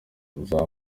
muzaba